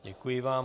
Děkuji vám.